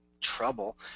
trouble